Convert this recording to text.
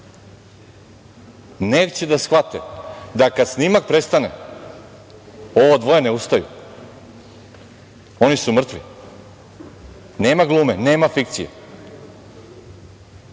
neće da shvate da kada snimak prestane ovo dvoje ne ustaju, oni su mrtvi, nema glume, nema fikcije. Da